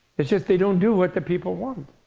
it's just they don't do what the people want.